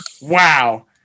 wow